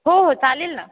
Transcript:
हो हो चालेल ना